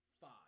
five